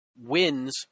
wins